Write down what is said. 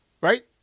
Right